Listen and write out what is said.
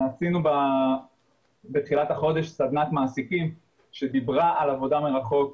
עשינו בתחילת החודש סדנת מעסיקים שדיברה על עבודה מרחוק,